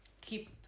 Keep